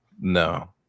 No